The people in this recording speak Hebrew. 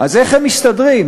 אז איך הם מסתדרים?